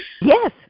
yes